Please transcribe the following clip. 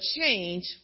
change